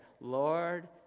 Lord